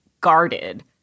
guarded